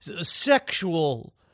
sexual